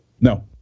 no